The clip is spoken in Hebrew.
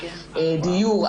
דיור,